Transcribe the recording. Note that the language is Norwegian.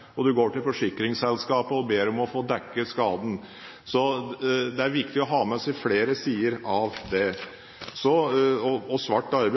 går til forsikringsselskapet og ber om å få dekket skaden. Det er viktig å ha med seg flere sider av dette. Svart arbeid må man bekjempe etter flere linjer, og